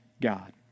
God